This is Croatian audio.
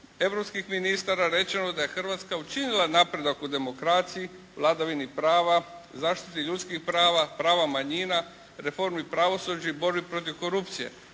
europskih ministara rečeno da je Hrvatska učinila napredak u demokraciji, vladavini prava, zaštiti ljudskih prava, prava manjina, reformi pravosuđa i borbi protiv korupcije.